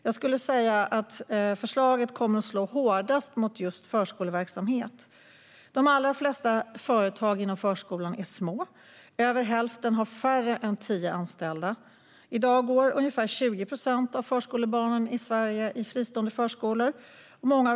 Jag skulle säga att förslaget kommer att slå hårdast mot just förskoleverksamhet. De allra flesta företag inom förskolan är små. Över hälften har färre än tio anställda. I dag går ungefär 20 procent av förskolebarnen i Sverige i fristående förskolor.